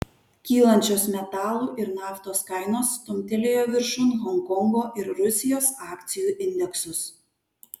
kylančios metalų ir naftos kainos stumtelėjo viršun honkongo ir rusijos akcijų indeksus